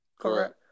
Correct